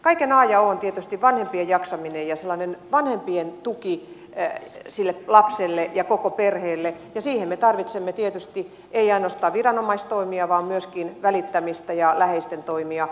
kaiken a ja o ovat tietysti vanhempien jaksaminen ja vanhempien tuki lapselle ja koko perheelle ja siihen me tarvitsemme tietysti ei ainoastaan viranomaistoimia vaan myöskin välittämistä ja läheisten toimia